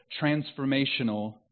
transformational